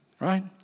Right